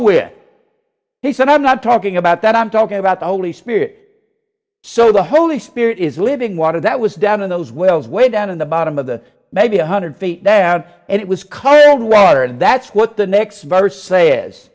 with he said i'm not talking about that i'm talking about the holy spirit so the holy spirit is living water that was down in those wells way down in the bottom of the maybe a hundred feet down and it was colored water and that's what the next verse says